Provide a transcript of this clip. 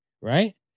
Right